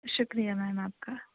شکریہ میم آپ کا